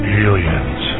aliens